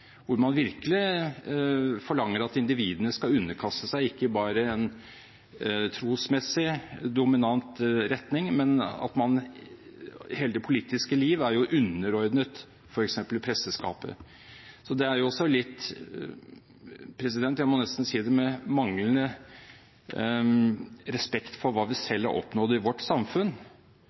hvor man virkelig forlanger at individene skal underkaste seg ikke bare en trosmessig dominant retning, men at hele det politiske liv er underordnet f.eks. presteskapet. Så jeg må si at det nesten er et uttrykk for manglende respekt for hva vi selv har oppnådd i vårt samfunn,